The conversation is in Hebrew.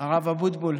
הרב אבוטבול.